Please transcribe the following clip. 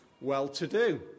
well-to-do